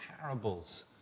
parables